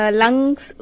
lungs